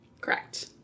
Correct